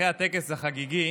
אחרי הטקס החגיגי,